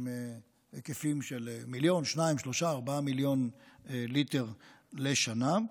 בהיקפים של 1 מיליון עד 4 מיליון ליטר לשנה,